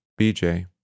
BJ